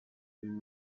been